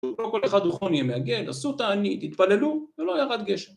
‫לא כל אחד הוא חוני המעגל, ‫עשו תענית, התפללו, ולא ירד גשם.